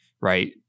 right